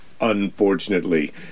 unfortunately